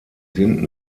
sind